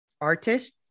artist